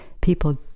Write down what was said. People